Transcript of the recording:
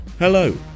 Hello